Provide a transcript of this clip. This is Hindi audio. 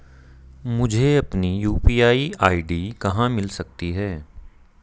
मुझे अपनी यू.पी.आई आई.डी कहां मिल सकती है?